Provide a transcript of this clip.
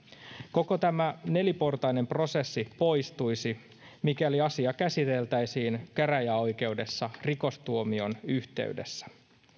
koko tämä neliportainen prosessi poistuisi mikäli asia käsiteltäisiin käräjäoikeudessa rikostuomion yhteydessä